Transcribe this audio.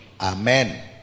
Amen